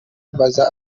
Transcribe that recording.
mbaza